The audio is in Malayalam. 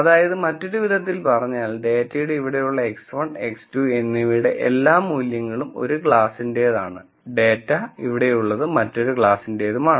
അതായതു മറ്റൊരു വിധത്തിൽ പറഞ്ഞാൽ ഡാറ്റയുടെ ഇവിടെയുള്ള x1 x2 എന്നിവയുടെ എല്ലാ മൂല്യങ്ങളും ഒരു ക്ലാസ്സിന്റേതാണ് ഡാറ്റ ഇവിടെയുള്ളത് മറ്റൊരു ക്ലാസ്സിന്റേതാണ്